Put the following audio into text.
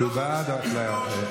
בגלל 53 כביכול.